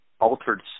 altered